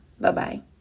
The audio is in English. Bye-bye